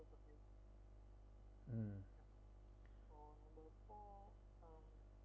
mm